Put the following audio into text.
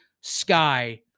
sky